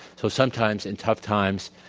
so sometimes in tough times,